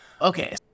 Okay